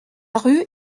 rue